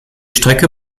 strecke